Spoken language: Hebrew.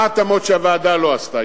מה ההתאמות שהוועדה לא עשתה?